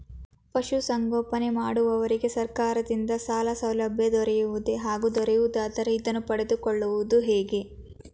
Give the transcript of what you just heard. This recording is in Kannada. ಪಶುಸಂಗೋಪನೆ ಮಾಡುವವರಿಗೆ ಸರ್ಕಾರದಿಂದ ಸಾಲಸೌಲಭ್ಯ ದೊರೆಯುವುದೇ ಹಾಗೂ ದೊರೆಯುವುದಾದರೆ ಇದನ್ನು ಪಡೆದುಕೊಳ್ಳುವುದು ಹೇಗೆ?